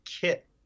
kit